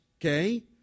Okay